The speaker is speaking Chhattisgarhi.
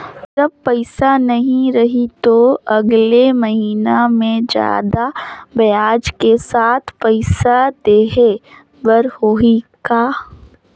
जब पइसा नहीं रही तो अगले महीना मे जादा ब्याज के साथ पइसा देहे बर होहि का?